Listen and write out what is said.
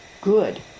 good